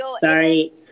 Sorry